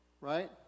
Right